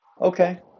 okay